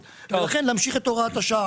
יש להמשיך את הוראת השעה,